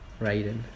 raiden